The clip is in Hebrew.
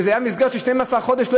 שזו הייתה מסגרת של 12 חודש,